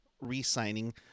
re-signing